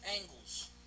angles